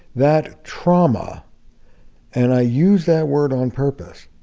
that trauma and i use that word on purpose,